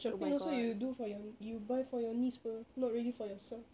shopping also you do for your you buy for your niece apa not really for yourself